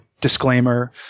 disclaimer